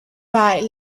write